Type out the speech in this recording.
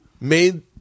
made